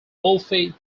wolfe